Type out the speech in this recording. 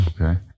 Okay